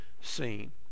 seen